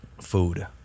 food